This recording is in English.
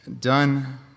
done